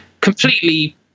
completely